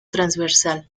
transversal